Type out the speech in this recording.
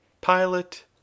pilot